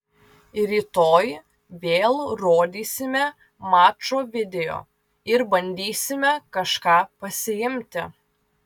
rytoj vėl rodysime mačo video ir bandysime kažką pasiimti